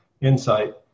insight